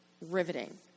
Riveting